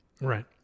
right